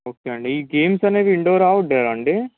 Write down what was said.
okay అండి ఈ games అనేవి ఇండోరా ఔట్డోరా అండి